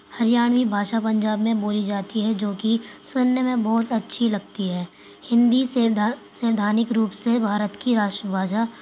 ہریانوی بھاشا پنجاب میں بولی جاتی ہے جو کہ سُننے میں بہت اچھی لگتی ہے ہندی سے سیندھانک روپ سے بھارت کی راشٹر بھاشا